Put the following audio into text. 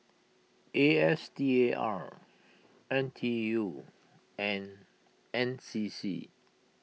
A S T A R N T U and N C C